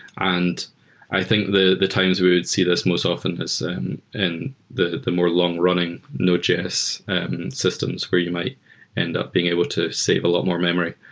and i think the the times we would see this most often is in and the the more long-running node js systems where you might end up being able to save a lot memory.